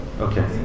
Okay